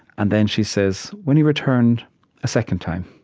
and then she says, when he returned a second time